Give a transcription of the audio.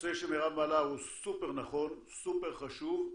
הנושא שמרב מעלה הוא סופר נכון, סופר חשוב,